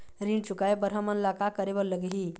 ऋण चुकाए बर हमन ला का करे बर लगही?